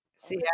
see